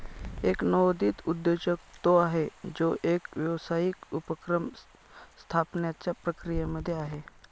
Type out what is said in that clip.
एक नवोदित उद्योजक तो आहे, जो एक व्यावसायिक उपक्रम स्थापण्याच्या प्रक्रियेमध्ये आहे